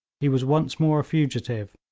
he was once more a fugitive,